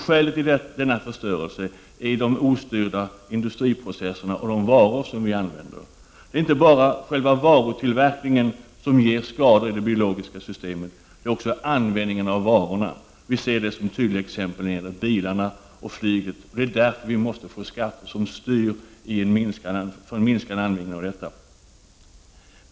Skälet till denna förstörelse är de ostyrda industriprocesser och de varor som vi använder. Det är inte bara själva varutillverkningen som ger skador på det biologiska systemet. Också varans användning ger stora skador. Tydliga exempel på detta är bilarna och flyget. Det är därför vi måste få skatter som styr mot en minskad användning av sådana varor.